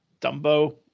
Dumbo